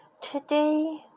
Today